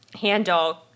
handle